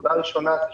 נקודה ראשונה,